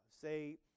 say